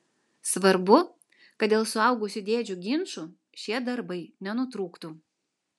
svarbu kad dėl suaugusių dėdžių ginčų šie darbai nenutrūktų